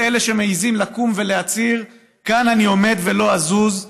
כל אלה שמעיזים לקום ולהצהיר: כאן אני עומד ולא אזוז,